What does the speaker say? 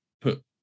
put